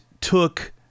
took